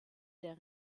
der